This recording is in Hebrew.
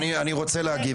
אני רוצה להגיב